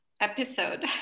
episode